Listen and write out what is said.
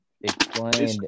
explained